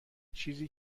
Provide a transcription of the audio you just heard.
چیزی